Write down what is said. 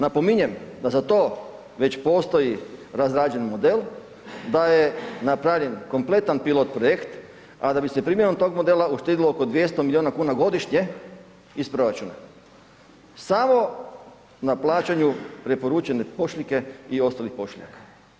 Napominjem da za to već postoji razrađen model, da je napravljen kompletan pilot projekt a da bi se primjenom tog modela uštedilo oko 200 milijuna kuna godišnje iz proračuna samo na plaćanju preporučene pošiljke i ostalih pošiljaka.